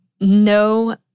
no